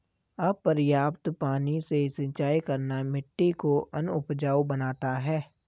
अपर्याप्त पानी से सिंचाई करना मिट्टी को अनउपजाऊ बनाता है